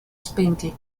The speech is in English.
spindle